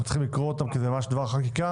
צריכים לקרוא אותן כי זה ממש דבר חקיקה,